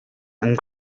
and